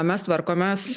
mes tvarkomės